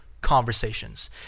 conversations